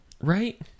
Right